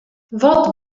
wat